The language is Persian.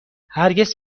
هرگز